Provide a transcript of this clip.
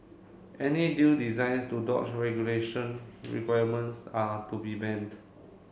any deal designs to dodge regulation requirements are to be banned